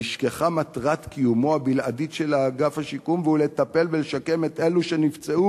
נשכחה מטרת קיומו הבלעדית של אגף השיקום והיא לטפל ולשקם את אלו שנפצעו